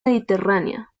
mediterránea